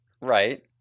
Right